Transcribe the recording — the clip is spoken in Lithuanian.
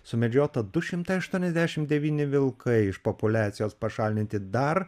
sumedžiota du šimtai aštuoniasdešimt devyni vilkai iš populiacijos pašalinti dar